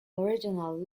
original